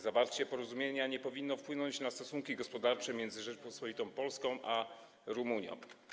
Zawarcie porozumienia nie powinno wpłynąć na stosunki gospodarcze między Rzecząpospolitą Polską a Rumunią.